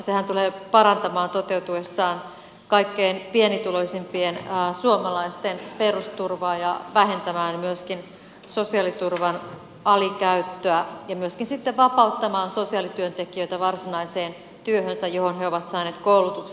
sehän tulee toteutuessaan parantamaan kaikkein pienituloisimpien suomalaisten perusturvaa ja vähentämään myöskin sosiaaliturvan alikäyttöä ja myöskin sitten vapauttamaan sosiaalityöntekijöitä varsinaiseen työhönsä johon he ovat saaneet koulutuksen